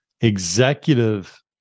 executive